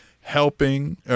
helping